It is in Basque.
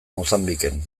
mozambiken